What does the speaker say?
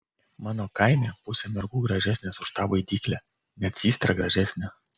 mano kaime pusė mergų gražesnės už tą baidyklę net systra gražesnė